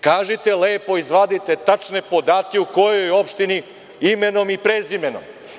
Kažite lepo, izvadite tačne podatke u kojoj opštini, imenom i prezimenom.